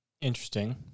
Interesting